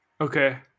Okay